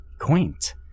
quaint